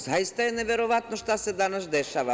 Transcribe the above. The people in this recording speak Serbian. Zaista je neverovatno šta se danas dešava.